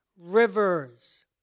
rivers